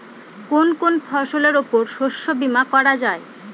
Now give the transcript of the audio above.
কোন কোন ফসলের উপর শস্য বীমা করা যায়?